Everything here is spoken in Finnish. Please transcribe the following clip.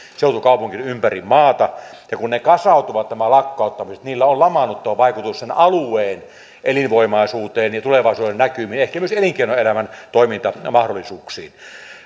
seutukaupunkiin ympäri maata ja kun nämä lakkauttamiset kasautuvat niillä on lamaannuttava vaikutus sen alueen elinvoimaisuuteen ja tulevaisuudennäkymiin ehkä myös elinkeinoelämän toimintamahdollisuuksiin